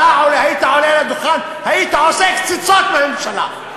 אתה היית עולה לדוכן והיית עושה קציצות מהממשלה.